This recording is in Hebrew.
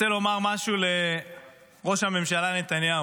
אני רוצה לומר משהו לראש הממשלה נתניהו: